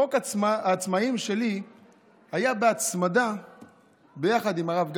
חוק העצמאים שלי היה בהצמדה ביחד עם הרב גפני,